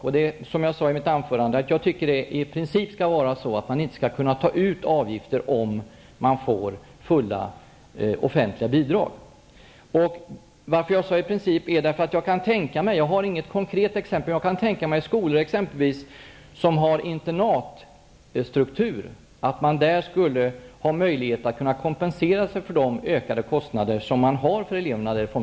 Jag tycker, som jag sade i mitt anförande, att det i princip skall vara så att man inte kan ta ut avgifter, om man får offentliga bidrag fullt ut. Att jag sade ''i princip'' beror på att jag kan tänka mig -- jag har inget konkret exempel -- att man i exempelvis skolor med internatstruktur skulle kunna ha möjlighet att kompensera sig för de ökade kostnaderna för eleverna när det gäller kost och logi.